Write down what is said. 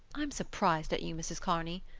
i'm surprised at you, mrs. kearney,